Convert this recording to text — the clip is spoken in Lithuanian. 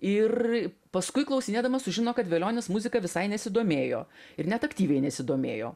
ir paskui klausinėdamas sužino kad velionis muzika visai nesidomėjo ir net aktyviai nesidomėjo